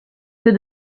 que